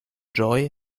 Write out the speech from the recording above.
joey